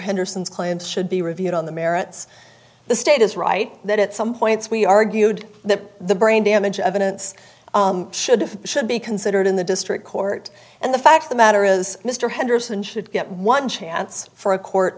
henderson's client should be reviewed on the merits the state is right that at some points we argued that the brain damage evidence should should be considered in the district court and the fact of the matter is mr henderson should get one chance for a court